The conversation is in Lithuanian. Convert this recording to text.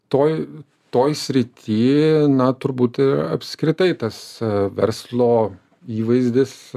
toj toj srity na turbūt apskritai tas verslo įvaizdis